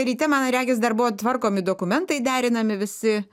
ryte man regis dar buvo tvarkomi dokumentai derinami visi